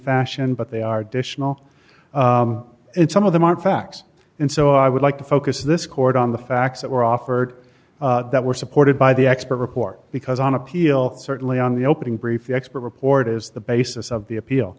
fashion but they are dish will and some of them aren't facts and so i would like to focus this court on the facts that were offered that were supported by the expert report because on appeal certainly on the opening brief the expert report is the basis of the appeal